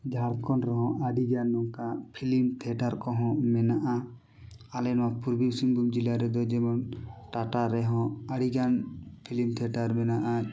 ᱡᱷᱟᱲᱠᱷᱚᱸᱰ ᱨᱮᱦᱚᱸ ᱟᱹᱰᱤᱜᱟᱱ ᱱᱚᱝᱠᱟ ᱯᱷᱤᱞᱤᱢ ᱛᱷᱤᱭᱮᱴᱟᱨ ᱠᱚᱦᱚᱸ ᱢᱮᱱᱟᱜᱼᱟ ᱟᱞᱮ ᱱᱚᱣᱟ ᱯᱩᱨᱵᱤ ᱥᱤᱝᱵᱷᱩᱢ ᱡᱮᱞᱟ ᱨᱮᱫᱚ ᱡᱮᱢᱚᱱ ᱴᱟᱴᱟ ᱨᱮᱦᱚᱸ ᱟᱹᱰᱤᱜᱟᱱ ᱯᱷᱤᱞᱤᱢ ᱛᱷᱤᱭᱮᱴᱟᱨ ᱢᱮᱱᱟᱜᱼᱟ